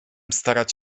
starać